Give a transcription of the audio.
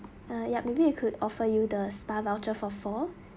uh yup maybe we could offer you the spa voucher for four